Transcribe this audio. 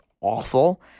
awful